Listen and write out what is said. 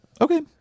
Okay